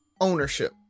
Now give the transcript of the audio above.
ownership